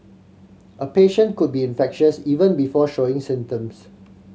a patient could be infectious even before showing symptoms